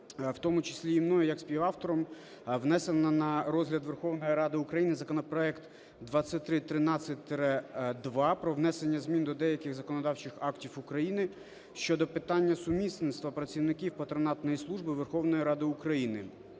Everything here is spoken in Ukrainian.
в тому числі і мною як співавтором, внесено на розгляд Верховної Ради України 2313-2 про внесення змін до деяких законодавчих актів України щодо питання сумісництва працівників патронатної служби Верховної Ради України,